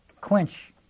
quench